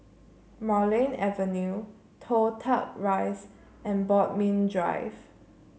Marlene Avenue Toh Tuck Rise and Bodmin Drive